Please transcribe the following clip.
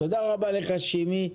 תודה רבה, שימי.